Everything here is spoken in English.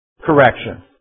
correction